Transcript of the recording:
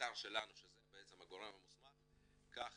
האתר שלנו שזה בעצם הגורם המוסמך, כך